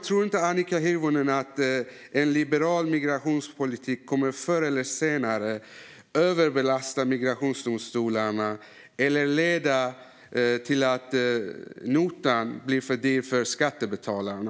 Tror inte Annika Hirvonen att en liberal migrationspolitik förr eller senare kommer att överbelasta migrationsdomstolarna eller leda till att notan blir för dyr för skattebetalarna?